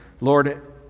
Lord